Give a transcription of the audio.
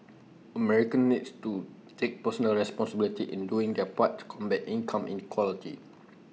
Americans needs to take personal responsibility in doing their part to combat income inequality